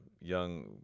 young